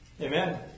Amen